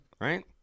right